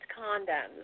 condoms